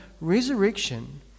resurrection